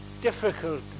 difficult